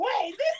wait